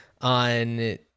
on